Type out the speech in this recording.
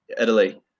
Italy